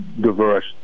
diverse